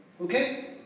Okay